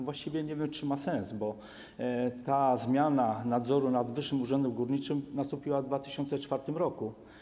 Właściwie nie wiem, czy ona ma sens, bo zmiana nadzoru nad Wyższym Urzędem Górniczym nastąpiła w 2004 r.